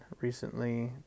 recently